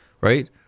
right